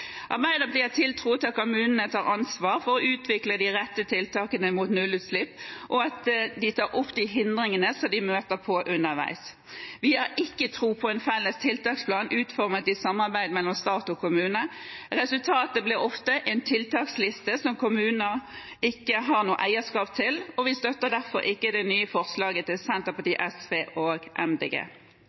Arbeiderpartiet har tiltro til at kommunene tar ansvar for å utvikle de rette tiltakene for nullutslipp, og at de tar opp de hindringene de møter på underveis. Vi har ikke tro på en felles tiltaksplan utformet i samarbeid mellom stat og kommune. Resultatet blir ofte en tiltaksliste som kommunene ikke har noe eierskap til. Vi støtter derfor ikke det nye forslaget fra Senterpartiet, SV og